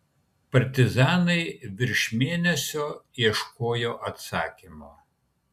partizanai virš mėnesio ieškojo atsakymo